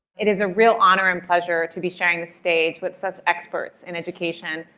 it is a real honor and pleasure to be sharing the stage with such experts in education,